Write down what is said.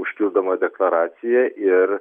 užpildoma deklaracija ir